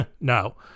No